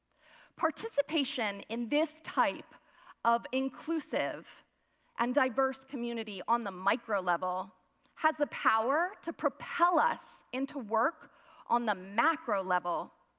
participation in this type of inclusive and diverse community on the microlevel has the power to propel us into work on the macrolevel.